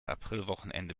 aprilwochenende